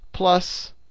Plus